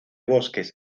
bosques